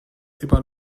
immer